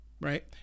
Right